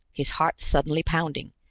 his heart suddenly pounding,